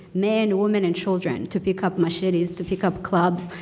men, women, and children to pick up machetes to pick up clubs,